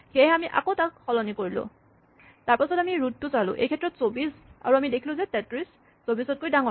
সেয়েহে আমি আকৌ সালসলনি কৰিলোঁ তাৰপাচত আমি ৰোট টো চালো এইক্ষেত্ৰত ২৪ আৰু আমি দেখিলো যে ৩৩ ২৪ তকৈ ডাঙৰ